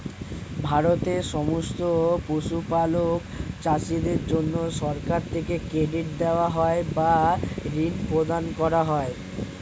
ভারতের সমস্ত পশুপালক চাষীদের জন্যে সরকার থেকে ক্রেডিট দেওয়া হয় বা ঋণ প্রদান করা হয়